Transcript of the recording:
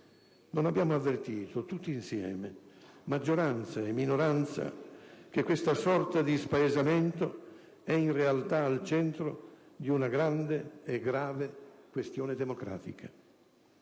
non abbiamo avvertito tutti insieme, maggioranza e minoranza, che questa sorta di spaesamento è in realtà al centro di una grande e grave questione democratica.